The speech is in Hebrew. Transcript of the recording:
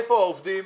איפה העובדים?